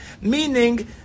meaning